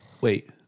Wait